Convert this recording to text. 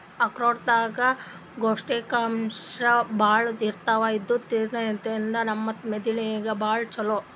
ಆಕ್ರೋಟ್ ದಾಗ್ ಪೌಷ್ಟಿಕಾಂಶ್ ಭಾಳ್ ಇರ್ತದ್ ಇದು ತಿನ್ನದ್ರಿನ್ದ ನಮ್ ಮೆದಳಿಗ್ ಭಾಳ್ ಛಲೋ